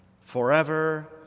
forever